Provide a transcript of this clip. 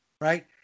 Right